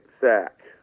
sack